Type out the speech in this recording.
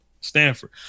Stanford